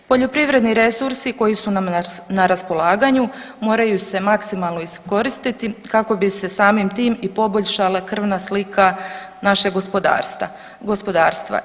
Poljoprivredni resursi koji su nam na raspolaganju moraju se maksimalno iskoristiti kako bi se sam tim i poboljšale krvna slika našeg gospodarstva.